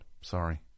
Sorry